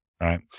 Right